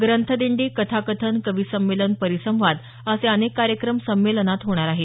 ग्रंथदिंडी कथाकथन कवी संमेलन परिसंवाद असे अनेक कार्यक्रम संमेलनात होणार आहेत